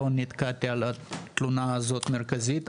לא נתקלתי על התלונה הזאת ספציפית,